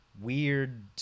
weird